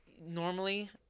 Normally